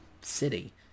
city